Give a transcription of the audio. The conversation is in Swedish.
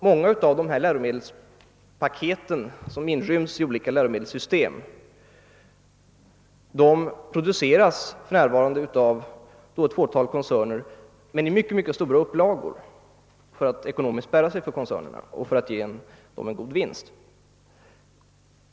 Många av de läromedelspaket som inryms i olika läromedelssystem produceras för närvarande av ett fåtal koncerner i mycket stora upplagor för att de ekonomiskt skall bära sig för koncernerna och ge god vinst.